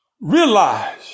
realize